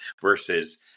versus